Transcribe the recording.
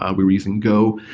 ah we're using go,